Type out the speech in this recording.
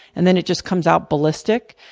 and then it just comes out ballistic,